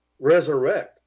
resurrect